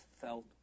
felt